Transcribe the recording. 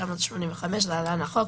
התשמ"ו- 1985 (להלן - החוק),